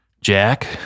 Jack